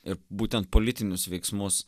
ir būtent politinius veiksmus